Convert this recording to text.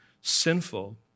sinful